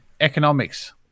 economics